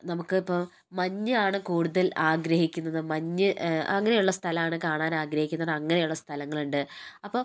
നമുക്ക് ഇപ്പോൾ മഞ്ഞാണ് കൂടുതൽ ആഗ്രഹിക്കുന്നത് മഞ്ഞ് അങ്ങനെയുള്ള സ്ഥലം ആണ് കാണാൻ ആഗ്രഹിക്കുന്നത് അങ്ങനെയുള്ള സ്ഥലങ്ങൾ ഉണ്ട്